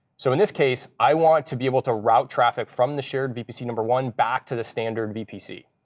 so in this case, i want to be able to route traffic from the shared vpc number one back to the standard vpc.